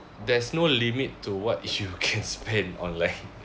there's no limit to what is you can spend online